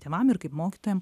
tėvam ir kaip mokytojam